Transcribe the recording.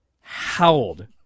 howled